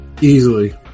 Easily